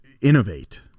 innovate